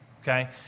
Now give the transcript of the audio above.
okay